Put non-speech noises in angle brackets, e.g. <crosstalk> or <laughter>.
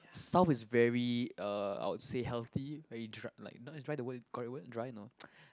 south is very uh I would say healthy very dr~ like not is dry the word correct word no <noise>